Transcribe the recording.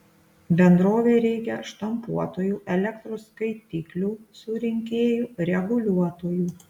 bendrovei reikia štampuotojų elektros skaitiklių surinkėjų reguliuotojų